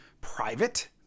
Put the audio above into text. private